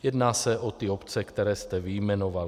Jedná se o ty obce, které jste vyjmenoval.